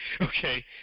okay